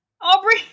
Aubrey